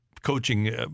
coaching